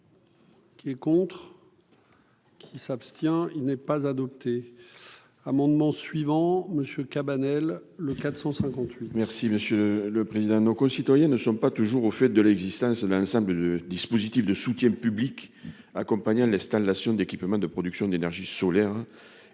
Qui est contre. Qui s'abstient, il n'est pas adopté amendements suivants monsieur Cabanel le 458. Si Monsieur le Président, nos concitoyens ne sont pas toujours au fait de l'existence d'un ensemble de dispositif de soutien public accompagnant l'installation d'équipements de production d'énergie solaire